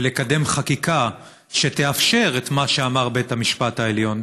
ולקדם חקיקה שתאפשר את מה שאמר בית המשפט העליון,